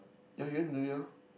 yea you went to do it ah